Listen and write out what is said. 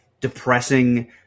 depressing